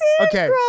okay